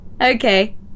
okay